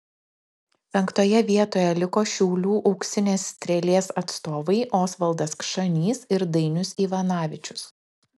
penktoje vietoje liko šiaulių auksinės strėlės atstovai osvaldas kšanys ir dainius ivanavičius